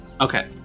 Okay